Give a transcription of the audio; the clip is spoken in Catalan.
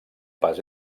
pas